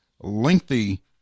Lengthy